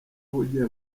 ahugiye